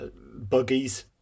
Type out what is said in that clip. buggies